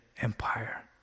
Empire